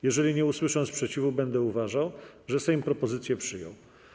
Jeżeli nie usłyszę sprzeciwu, będę uważał, że Sejm propozycję przyjął.